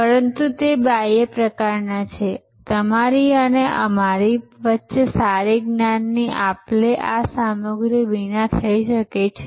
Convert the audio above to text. પરંતુ તે બાહ્ય પ્રકારના છે તમારી અને મારી વચ્ચે સારી જ્ઞાનની આપ લે આ સામગ્રીઓ વિના થઈ શકે છે